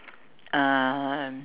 uh